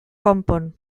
konpon